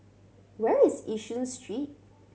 where is Yishun Street